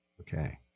Okay